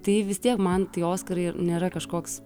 tai vis tiek man tie oskarai ir nėra kažkoks